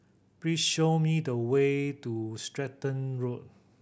please show me the way to Stratton Road